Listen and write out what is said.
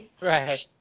Right